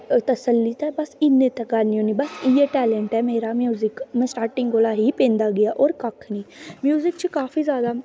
अपनी तसल्ली ते इयां गै गानी होनी बस इयै टैलैंट ऐ मेरा म्यूजिक स्टार्टिंग कोलादा ही पौंदा गेआ होर कक्ख नी म्यूजिक च काफी जादा